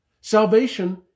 Salvation